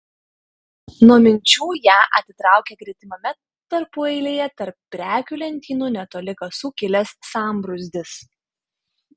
nuo minčių ją atitraukė gretimame tarpueilyje tarp prekių lentynų netoli kasų kilęs sambrūzdis